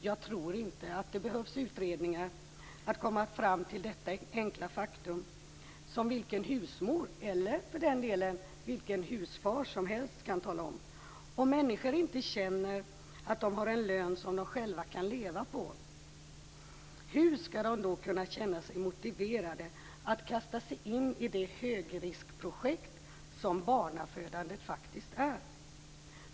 Jag tror inte att det behövs utredningar för att komma fram till detta enkla faktum, som vilken husmor eller för den delen husfar kan tala om. Om människor inte känner att de har en lön som de själva kan leva på, hur skall de då kunna känna sig motiverade att kasta sig in i det högriskprojekt som barnafödandet faktiskt är?